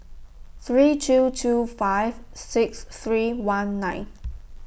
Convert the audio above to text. three two two five six three one nine